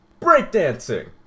Breakdancing